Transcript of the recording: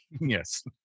Yes